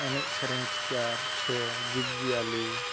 ᱮᱱᱮᱡ ᱥᱮᱨᱮᱧ ᱪᱤᱛᱟᱹᱨ ᱥᱮ ᱡᱤᱵᱽ ᱡᱤᱭᱟᱹᱞᱤ